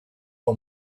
our